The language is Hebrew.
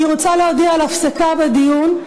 אני רוצה להודיע על הפסקה בדיון.